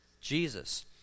Jesus